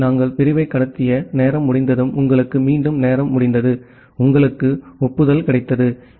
ஆகவே நாம் பிரிவை கடத்திய நேரம் முடிந்ததும் உங்களுக்கு மீண்டும் நேரம் முடிந்தது உங்களுக்கு ஒப்புதல் கிடைத்தது